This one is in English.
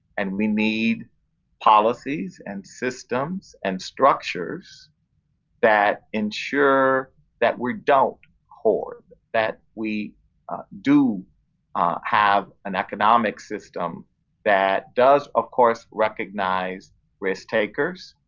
and we need policies, and systems, and structures that ensure that we don't hoard. that we do have an economic system that does, of course, recognize risk takers,